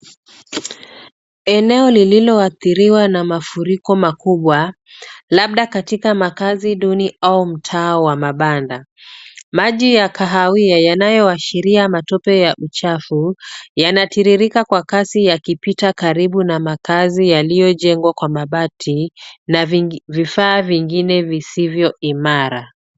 Eneo lililoathiriwa na mafuriko makubwa, labda katika makaazi duni au mtaa wa mabanda. Maji ya kahawia yanayoashiria matope ya uchafu yanatiririka kwa kasi yakipita karibu na maakazi yaliyojengwa kwa mabati na vifaa vingine visivyoimara.